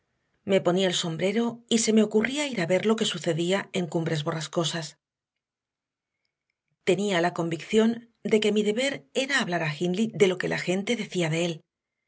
me ponía el sombrero y se me ocurría ir a ver lo que sucedía en cumbres borrascosas tenía la convicción de que mi deber era hablar a hindley de lo que la gente decía de él